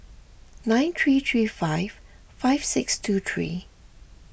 nine three three five five six two three